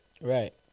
Right